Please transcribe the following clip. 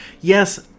yes